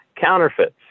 counterfeits